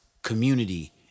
community